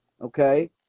Okay